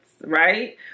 right